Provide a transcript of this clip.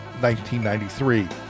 1993